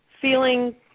feeling